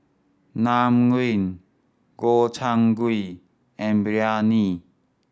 Naengmyeon Gobchang Gui and Biryani